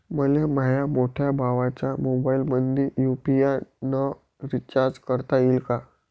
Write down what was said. मले माह्या मोठ्या भावाच्या मोबाईलमंदी यू.पी.आय न रिचार्ज करता येईन का?